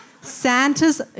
Santa's